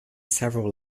several